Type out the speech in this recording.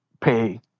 pay